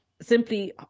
simply